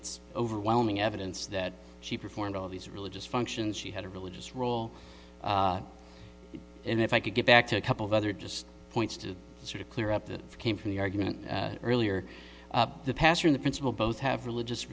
it's overwhelming evidence that she performed all these religious functions she had a religious role and if i could get back to a couple of other just points to sort of clear up that came from the argument earlier the pastor in the principle both have religious